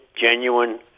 genuine